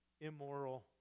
immoral